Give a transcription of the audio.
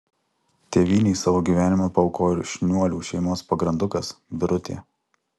tėvynei savo gyvenimą paaukojo ir šniuolių šeimos pagrandukas birutė